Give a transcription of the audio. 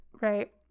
right